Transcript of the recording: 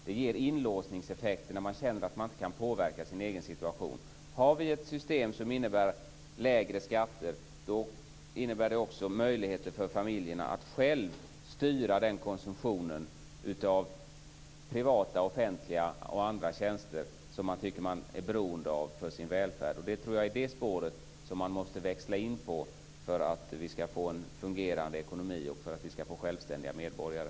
Det ger inlåsningseffekter när man känner att man inte kan påverka sin egen situation. Har vi ett system som innebär lägre skatter innebär det också möjligheter för familjerna att själva styra den konsumtion av privata, offentliga och andra tjänster som man tycker att man är beroende av för sin välfärd. Jag tror att det är det spåret man måste växla in på för att vi skall få en fungerande ekonomi och självständiga medborgare.